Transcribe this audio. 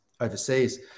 overseas